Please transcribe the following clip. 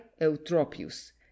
eutropius